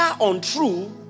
untrue